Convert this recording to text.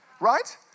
Right